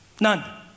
none